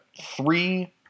three